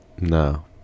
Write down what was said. No